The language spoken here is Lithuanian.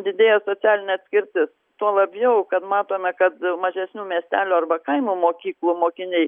didėja socialinė atskirtis tuo labiau kad matome kad mažesnių miestelių arba kaimo mokyklų mokiniai